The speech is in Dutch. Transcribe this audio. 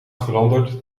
veranderd